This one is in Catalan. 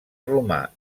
romà